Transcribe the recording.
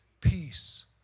peace